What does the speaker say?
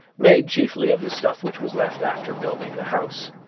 made chiefly of the stuff which was left after building the house.